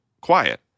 quiet